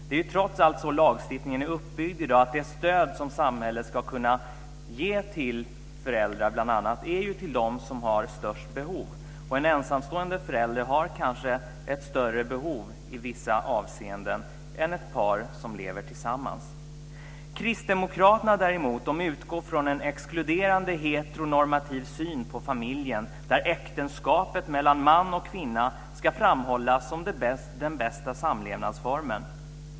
Det är trots allt så lagstiftningen är uppbyggd i dag: Det stöd som samhället ska kunna ge till föräldrar, bl.a., ska gå till dem som har störst behov. En ensamstående förälder har kanske ett större behov i vissa avseenden än ett par som lever tillsammans. Kristdemokraterna, däremot, utgår från en exkluderande heteronormativ syn på familjen, där äktenskapet mellan man och kvinna ska framhållas som den bästa samlevnadsformen.